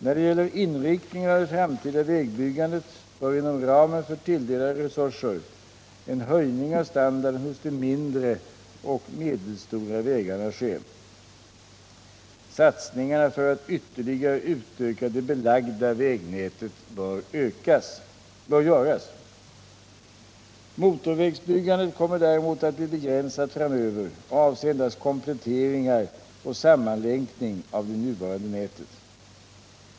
När det gäller inriktningen av det framtida vägbyggandet bör inom ramen för tilldelade resurser en höjning av standarden hos de mindre och medelstora vägarna ske. Satsningar för att ytterligare utöka det belagda vägnätet bör göras. Motorvägsbyggandet kommer däremot att bli begränsat framöver och avse endast kompletteringar och sammanlänkning av det nuvarande nätet.